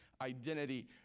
identity